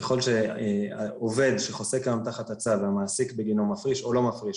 ככל שעובד שחוסה כיום תחת הצו והמעסיק בגינו מפריש או לא מפריש,